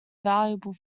valuable